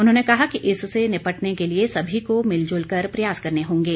उन्होंने कहा कि इससे निपटने के लिए सभी को मिलजुलकर प्रयास करने होंगे